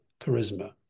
charisma